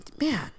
Man